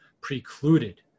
precluded